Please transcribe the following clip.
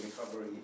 recovery